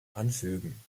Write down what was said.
anfügen